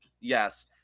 yes